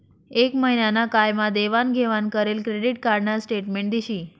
एक महिना ना काय मा देवाण घेवाण करेल क्रेडिट कार्ड न स्टेटमेंट दिशी